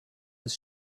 his